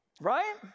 Right